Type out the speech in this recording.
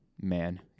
man